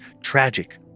tragic